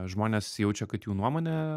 žmonės jaučia kad jų nuomonė